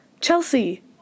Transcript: Chelsea